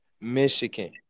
Michigan